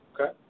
Okay